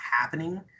happening